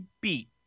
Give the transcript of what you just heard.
beat